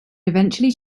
eventually